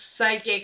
psychic